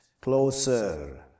closer